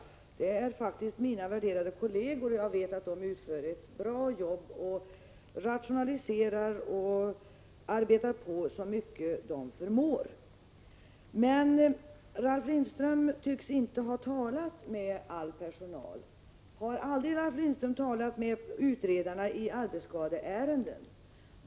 De anställda där är faktiskt mina värderade kolleger, och jag vet att de gör ett bra jobb och rationaliserar och arbetar på så mycket de förmår. Men Ralf Lindström tycks inte ha talat med all personal. Har Ralf Lindström aldrig talat med utredarna i arbetsskadeärenden?